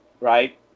right